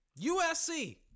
USC